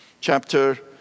Chapter